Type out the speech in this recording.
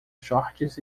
shorts